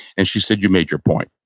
and she said, you made your point.